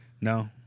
No